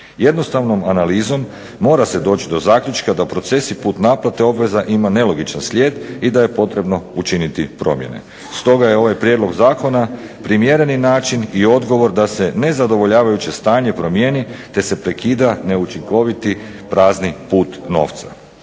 Jednostavnom analizom mora se doći do zaključka da procesi put naplate obveza ima nelogičan slijed i da je potrebno učiniti promjene. Stoga je ovaj prijedlog zakona primjereni način i odgovor da se nezadovoljavajuće stanje promijeni, te se prekida neučinkoviti prazni put novca.